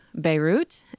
Beirut